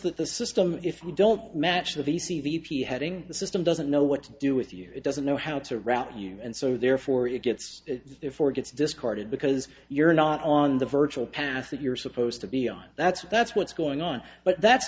that the system if you don't match the v c v p having the system doesn't know what to do with you it doesn't know how to route you and so therefore it gets before gets discarded because you're not on the virtual path that you're supposed to be on that's that's what's going on but that's